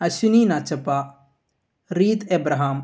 Ashwini Nachappa Reeth Abraham